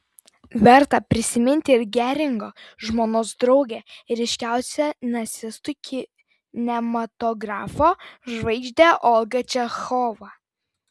verta prisiminti ir geringo žmonos draugę ryškiausią nacistų kinematografo žvaigždę olgą čechovą